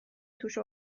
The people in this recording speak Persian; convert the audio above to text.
توش